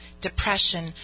depression